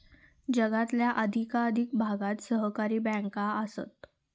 जगातल्या अधिकाधिक भागात सहकारी बँका आसत